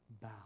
bow